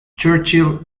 churchill